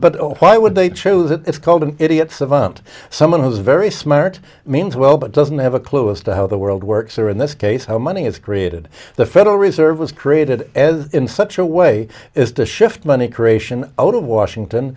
but why would they true that it's called an idiot savant someone who's very smart means well but doesn't have a clue as to how the world works or in this case how money is created the federal reserve was created as in such a way is to shift money creation out of washington